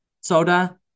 soda